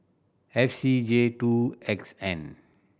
F C J two X N